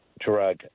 drug